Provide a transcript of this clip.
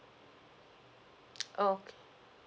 oh okay